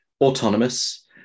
autonomous